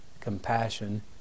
compassion